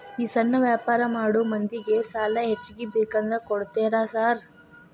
ಈ ಸಣ್ಣ ವ್ಯಾಪಾರ ಮಾಡೋ ಮಂದಿಗೆ ಸಾಲ ಹೆಚ್ಚಿಗಿ ಬೇಕಂದ್ರ ಕೊಡ್ತೇರಾ ಸಾರ್?